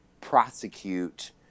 prosecute